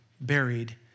buried